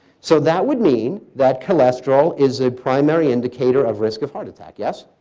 so that would mean that cholesterol is a primary indicator of risk of heart attack. yes?